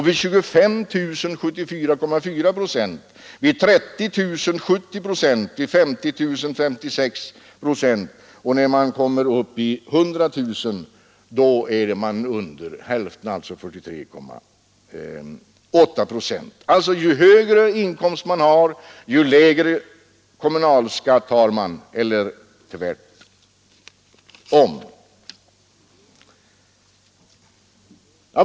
Vid 25 000 kronors inkomst blir det 74,4 procent, vid 30 000 kronor 70 procent och vid 50 000 kronor 56 procent. Först när man kommer upp i 100 000 kronors inkomst är man under hälften i kommunalskatt eller 43,8 procent. Ju högre inkomst man har, desto lägre andel betalar man således i kommunalskatt eller tvärtom.